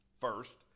First